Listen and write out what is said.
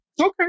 Okay